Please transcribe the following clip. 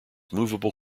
movable